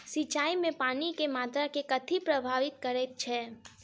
सिंचाई मे पानि केँ मात्रा केँ कथी प्रभावित करैत छै?